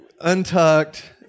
untucked